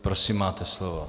Prosím, máte slovo.